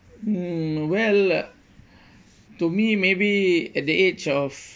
mm well to me maybe at the age of